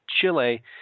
Chile